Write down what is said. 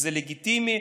וזה לגיטימי,